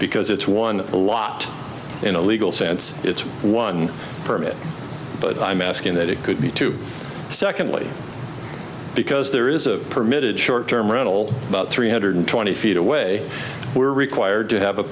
because it's won a lot in a legal sense it's one permit but i'm asking that it could be two secondly because there is a permitted short term rental about three hundred twenty feet away we are required to have a